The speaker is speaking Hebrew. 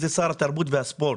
זה שר התרבות והספורט.